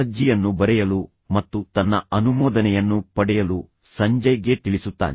ಅರ್ಜಿಯನ್ನು ಬರೆಯಲು ಮತ್ತು ತನ್ನ ಅನುಮೋದನೆಯನ್ನು ಪಡೆಯಲು ಸಂಜಯ್ಗೆ ತಿಳಿಸುತ್ತಾನೆ